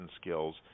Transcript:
skills